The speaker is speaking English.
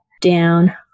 down